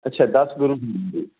ਅੱਛਾ ਦਸ ਗੁਰੂ